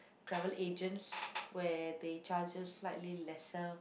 travel agents where they charge us slightly lesser